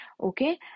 okay